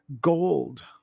gold